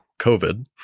COVID